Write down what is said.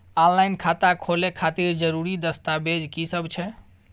Online खाता खोले खातिर जरुरी दस्तावेज की सब छै?